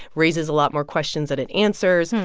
raises a lot more questions than it answers,